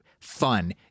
fun